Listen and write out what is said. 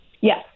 Yes